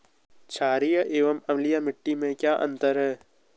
छारीय एवं अम्लीय मिट्टी में क्या अंतर है?